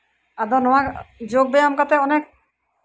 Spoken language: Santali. ᱟᱫᱚ ᱱᱚᱣᱟ ᱡᱳᱜᱽ ᱵᱮᱭᱟᱢ ᱠᱟᱛᱮ